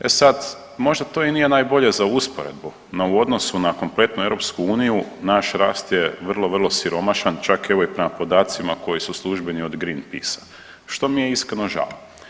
E sad možda to i nije najbolje za usporedbu, no u odnosu na kompletnu EU naš rast je vrlo, vrlo siromašan čak evo i prema podacima koji su službeni od Greenpeace-a, što mi je iskreno žao.